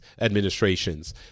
administrations